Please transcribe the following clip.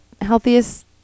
healthiest